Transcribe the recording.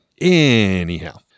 Anyhow